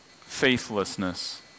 faithlessness